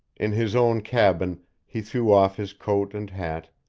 in his own cabin he threw off his coat and hat,